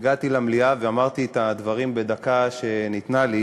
הגעתי למליאה ואמרתי את הדברים בדקה שניתנה לי,